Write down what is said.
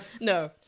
No